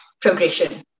progression